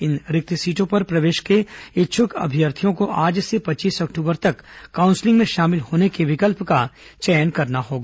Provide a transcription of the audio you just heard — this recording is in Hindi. इन रिक्त सीटों पर प्रवेश के इच्छुक अभ्यर्थियों को आज से पच्चीस अक्टूबर तक काउन्सलिंग में शामिल होने के विकल्प का चयन करना होगा